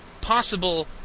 possible